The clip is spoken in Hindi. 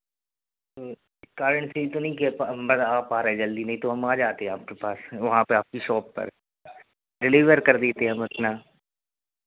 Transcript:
इस कारण से ये तो नहीं कि हम बस आ पा रहे जल्दी नहीं तो हम आ जाते आपके पास से वहाँ पे आपकी शॉप पर डिलीवर कर देते हम अपना